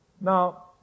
Now